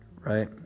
right